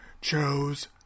chose